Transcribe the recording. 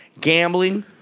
gambling